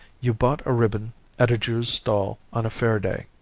you bought a ribbon at a jew's stall on a fair-day.